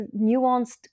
nuanced